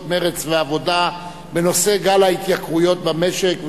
מרצ והעבודה בנושא: גל ההתייקרויות במשק.